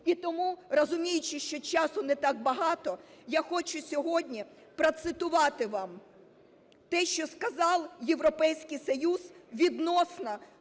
І тому, розуміючи, що часу не так багато, я хочу сьогодні процитувати вам те, що сказав Європейський Союз відносно